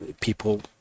people